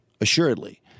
assuredly